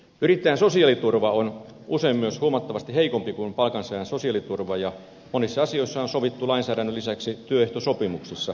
yrittäjän sosiaaliturva on usein myös huomattavasti heikompi kuin palkansaajan sosiaaliturva ja monista asioista on sovittu lainsäädännön lisäksi työehtosopimuksissa